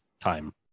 time